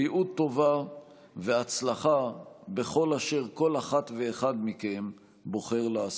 בריאות טובה והצלחה בכל אשר כל אחת ואחד מכם בוחר לעשות.